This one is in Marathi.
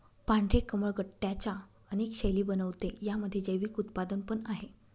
पांढरे कमळ गट्ट्यांच्या अनेक शैली बनवते, यामध्ये जैविक उत्पादन पण आहे